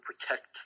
protect